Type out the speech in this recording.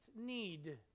need